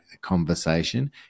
conversation